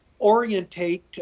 orientate